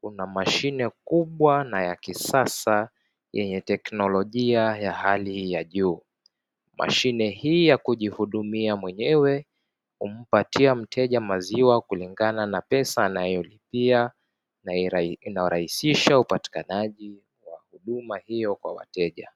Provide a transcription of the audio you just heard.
Kuna mashine kubwa na ya kisasa yenye teknolojia ya hali ya juu. Mashine hii ya kujihudumia mwenyewe kumpatia mteja maziwa kulingana na pesa anayolipia, inayoraisisha upatikanaji wa huduma hiyo kwa wateja.